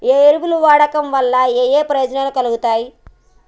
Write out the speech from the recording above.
ఏ ఎరువులు వాడటం వల్ల ఏయే ప్రయోజనాలు కలుగుతయి?